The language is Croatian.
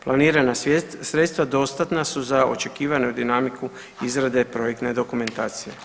Planirana sredstva dostatna su za očekivanu dinamiku izrade projektne dokumentacije.